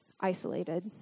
isolated